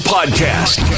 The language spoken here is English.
Podcast